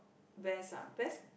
best ah best